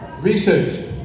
Research